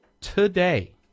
today